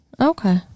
Okay